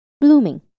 Blooming